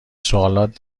سوالات